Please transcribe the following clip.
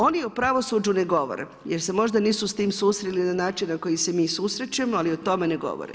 Oni o pravosuđu ne govore jer se nisu možda s time susreli na način na koji se mi susrećemo, ali o tome ne govore.